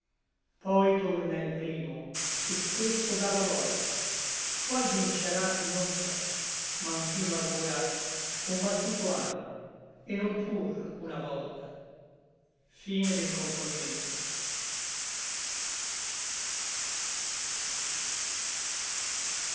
poi torna il primo et questo dà la volta qual vincerà non so ma nfino ad ora combattuto ànno et non pur una volta ben